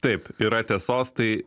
taip yra tiesos tai